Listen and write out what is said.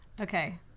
okay